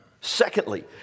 secondly